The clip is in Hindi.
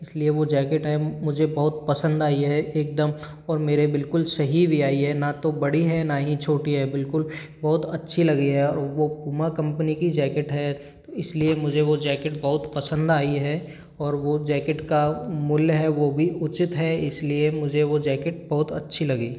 इसलिए वो जैकेट है मुझे बहुत पसंद आई है एकदम मेरे बिलकुल सही भी आई है ना तो बड़ी है ना ही छोटी है बिल्कुल बहुत अच्छी लगी है वो पूमा कंपनी की जैकेट है इसलिए मुझे वो जैकेट बहुत पसंद आई है और वो जैकेट का मूल्य है वो भी उचित है इसलिए मुझे वो जैकेट बहुत अच्छी लगी